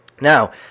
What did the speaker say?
Now